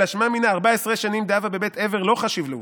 "אלא שמע מינה: ארבע עשרה שנין דהוה בבית עבר לא חשיב להו.